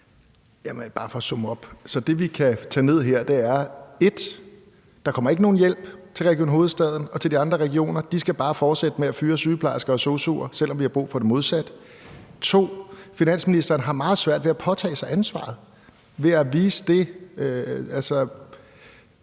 det, vi kan tage ned her, er, at der for det første ikke kommer nogen hjælp til Region Hovedstaden og de andre regioner. De skal bare fortsætte med at fyre sygeplejersker og sosu'er, selv om vi har brug for det modsatte. For det andet kan vi her tage ned, at finansministeren har meget svært ved at påtage sig ansvaret og – man må